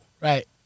Right